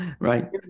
Right